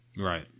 Right